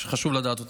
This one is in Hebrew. חשוב לדעת אותן.